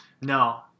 no